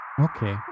okay